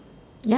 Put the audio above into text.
yup